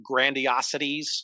grandiosities